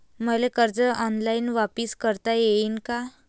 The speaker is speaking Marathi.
मले कर्ज ऑनलाईन वापिस करता येईन का?